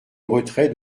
retrait